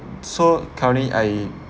so currently I